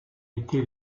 été